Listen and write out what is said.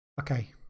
okay